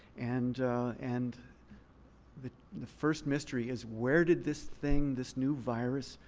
and and the the first mystery is where did this thing, this new virus,